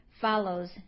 follows